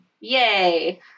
Yay